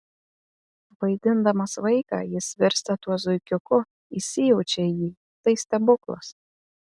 vaidindamas vaiką jis virsta tuo zuikiuku įsijaučia į jį tai stebuklas